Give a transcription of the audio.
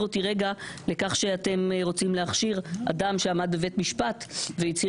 אותי לכך שאתם רוצים להכשיר אדם שעמד בבית משפט והצהיר